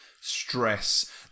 stress